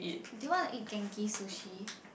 do you want to eat Genki-Sushi